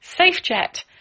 SafeJet